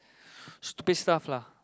stupid stuff lah